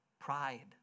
pride